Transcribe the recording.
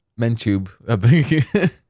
MenTube